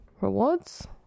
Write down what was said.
rewards